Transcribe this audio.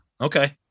Okay